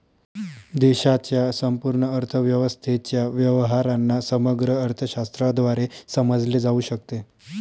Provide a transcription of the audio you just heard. देशाच्या संपूर्ण अर्थव्यवस्थेच्या व्यवहारांना समग्र अर्थशास्त्राद्वारे समजले जाऊ शकते